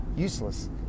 useless